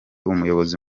umuyobozi